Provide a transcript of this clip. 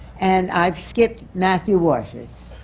and i've skipped matthew warchus.